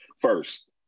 First